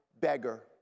beggar